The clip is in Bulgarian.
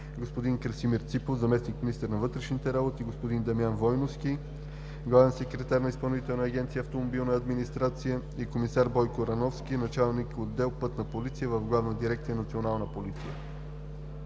господин Красимир Ципов – заместник-министър на вътрешните работи, господин Дамян Войновски – главен секретар на Изпълнителна агенция „Автомобилна администрация“, и комисар Бойко Рановски – началник-отдел „Пътна полиция“ в Главна дирекция „Национална полиция“.